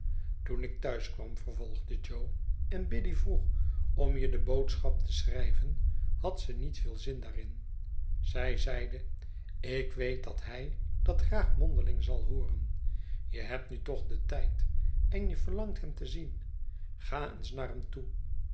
toen ik thuis kwam vervolgde jo en biddy vroeg om je de boodschap te schrijven had ze niet veel zin daarin zij zeide ik weet dat hij dat graag mondeling zal hooren je hebt nu toch den tijd en je verlangt hem te zien ga eens naar hem toe